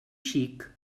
xic